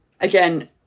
Again